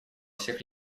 всех